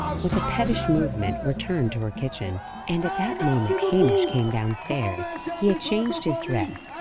with a pettish movement, returned to her kitchen and at that moment hamish came downstairs. he had changed his dress,